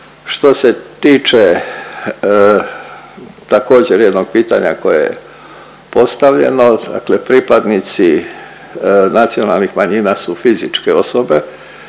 Što se tiče također jednog pitanja koje je postavljeno, dakle pripadnici nacionalnih manjina su fizičke osobe